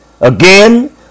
Again